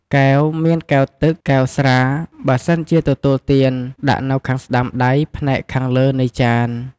កែវ មានកែវទឹក កែវស្រា បើសិនជាទទួលទាន ដាក់នៅខាងស្ដាំដៃផ្នែកខាងលើនៃចាន។